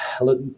look